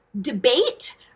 debate